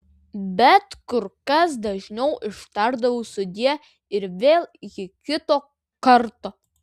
bet kur kas dažniau ištardavau sudie ir vėl iki kito karto